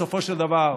בסופו של דבר,